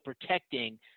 protecting